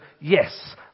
yes